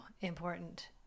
important